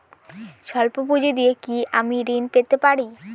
সল্প পুঁজি দিয়ে কি আমি ঋণ পেতে পারি?